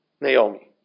Naomi